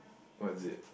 what is it